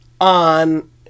on